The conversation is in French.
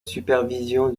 supervision